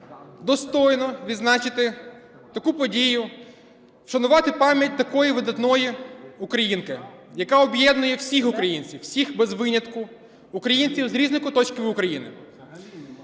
достойно відзначити таку подію, вшанувати пам'ять такої видатної українки, яка об'єднує всіх українців, всіх без винятку українців з різних куточків України.